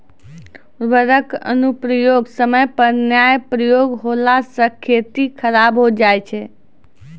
उर्वरक अनुप्रयोग समय पर नाय प्रयोग होला से खेती खराब हो जाय छै